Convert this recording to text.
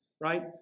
right